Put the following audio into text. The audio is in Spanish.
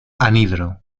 anhidro